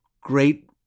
great